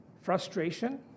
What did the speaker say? frustration